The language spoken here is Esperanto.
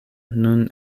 nun